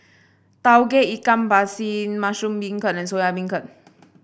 Tauge Ikan Masin Mushroom Beancurd and Soya Beancurd